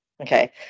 Okay